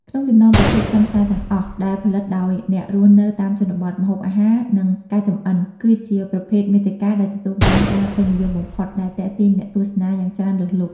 ក្នុងចំណោមប្រភេទខ្លឹមសារទាំងអស់ដែលផលិតដោយអ្នករស់នៅតាមជនបទ ម្ហូបអាហារ និងការចម្អិន គឺជាប្រភេទមាតិកាដែលទទួលបានការពេញនិយមបំផុត ដែលទាក់ទាញអ្នកទស្សនាយ៉ាងច្រើនលើសលប់។